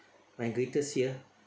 my greatest fear